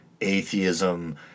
atheism